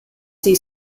see